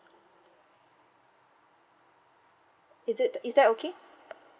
is it is that okay